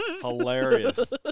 Hilarious